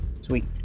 Sweet